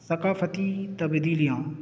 ثقافتی تبدیلیاں